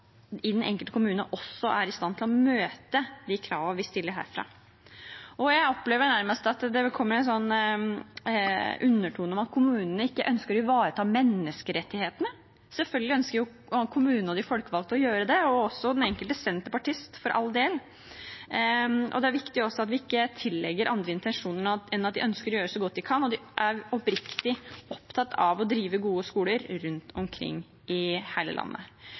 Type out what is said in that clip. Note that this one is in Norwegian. i den enkelte kommune også er i stand til å møte de kravene vi stiller herfra. Jeg opplever nærmest at det kommer en slags undertone om at kommunene ikke ønsker å ivareta menneskerettighetene. Selvfølgelig ønsker kommunene og de folkevalgte å gjøre det, og også den enkelte senterpartist, for all del. Det er også viktig at vi ikke tillegger dem andre intensjoner enn at de ønsker å gjøre så godt de kan, og at de er oppriktig opptatt av å drive gode skoler rundt omkring i hele landet.